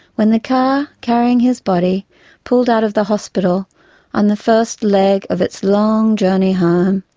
when the car carrying his body pulled out of the hospital on the first leg of its long journey home,